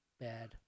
Bad